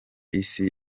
isi